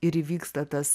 ir įvyksta tas